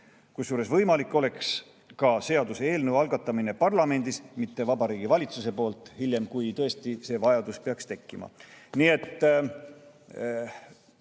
Kusjuures võimalik oleks ka seaduseelnõu algatamine parlamendis, mitte Vabariigi Valitsuse poolt, hiljem, kui tõesti see vajadus peaks tekkima.